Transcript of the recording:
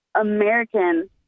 American